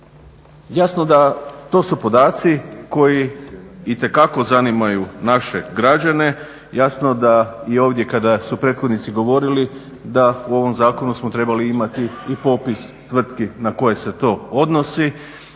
Jasno da to su podaci koji itekako zanimaju naše građane. Jasno da i ovdje kada su prethodnici govorili da u ovom zakonu smo trebali imati i popis tvrtki na koje se to odnosi